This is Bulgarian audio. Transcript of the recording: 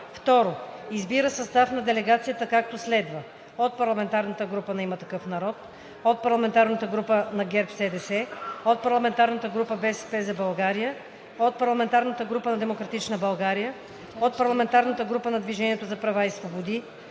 2. Избира състав на делегацията, както следва: ... от парламентарната група на „Има такъв народ“; ... от парламентарната група на „ГЕРБ СДС“; ... от парламентарната група на „БСП за България“; ... от парламентарната група на „Демократична България“; ... от парламентарната група на „Движение за права и свободи“.